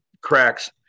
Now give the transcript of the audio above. cracks